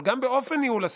אבל גם באופן ניהול הסכסוך,